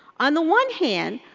on the one hand,